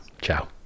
ciao